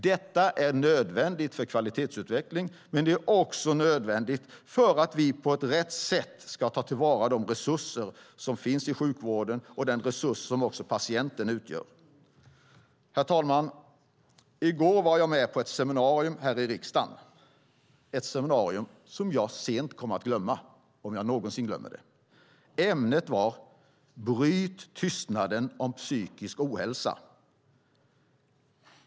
Detta är nödvändigt för kvalitetsutveckling, men det är också nödvändigt för att vi på ett riktigt sätt ska ta till vara de resurser som finns i sjukvården och den resurs som patienten utgör. Herr talman! I går var jag med på ett seminarium här i riksdagen. Det var ett seminarium som jag sent kommer att glömma - om jag någonsin glömmer det. Ämnet var: Bryt tystnaden om psykisk ohälsa på arbetsplatsen.